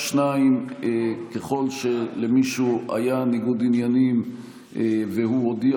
2. ככל שלמישהו היה ניגוד עניינים והוא הודיע